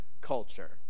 culture